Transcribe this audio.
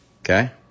okay